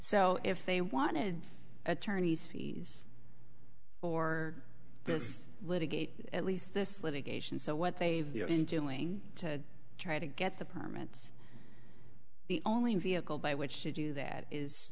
so if they wanted attorneys fees or this litigate at least this litigation so what they've been doing to try to get the permits the only vehicle by which to do that is